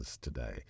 today